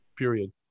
Period